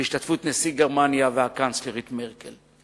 בהשתתפות נשיא גרמניה והקנצלרית מרקל.